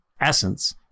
essence